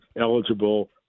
eligible